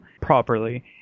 properly